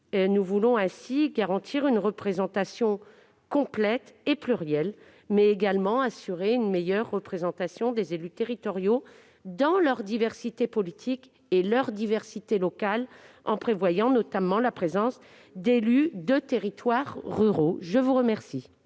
Nous voulons ainsi garantir une représentation complète et plurielle, mais également assurer une meilleure représentation des élus territoriaux dans leur diversité politique et leur diversité locale, en prévoyant notamment la présence d'élus de territoires ruraux. Quel